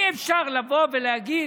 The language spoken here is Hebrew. אי-אפשר לבוא ולהגיד,